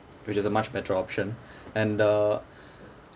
which is a much better option and uh